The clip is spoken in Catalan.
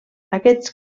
aquests